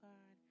God